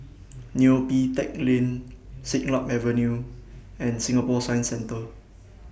Neo Pee Teck Lane Siglap Avenue and Singapore Science Centre